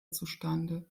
zustande